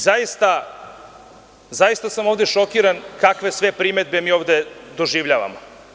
Zaista sam ovde šokiran kakve sve primedbe mi ovde doživljavamo.